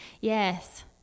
Yes